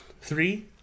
three